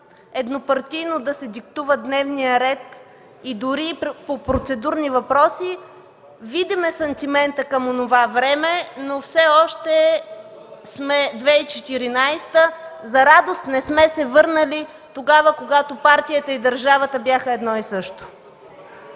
еднопартийно да се диктува дневният ред дори и по процедурни въпроси, видим е сантиментът към онова време, но все още сме 2014 г., за радост не сме се върнали тогава, когато партията и държавата бяха едно и също.